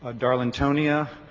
ah darlingtonia,